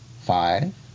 five